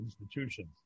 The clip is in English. institutions